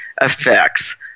effects